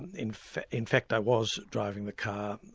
in fact in fact i was driving the car,